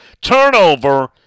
Turnover